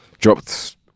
Dropped